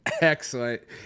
Excellent